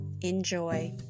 Enjoy